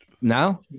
now